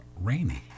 rainy